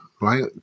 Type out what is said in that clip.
Right